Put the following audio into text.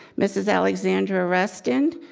mrs. alexandra restind,